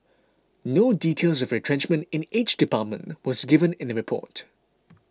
no details of retrenchment in each department was given in the report